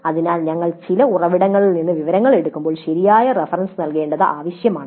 അതിനാൽ ഞങ്ങൾ ചില ഉറവിടങ്ങളിൽ നിന്ന് വിവരങ്ങൾ എടുക്കുമ്പോൾ ശരിയായ റഫറൻസ് നൽകേണ്ടത് ആവശ്യമാണ്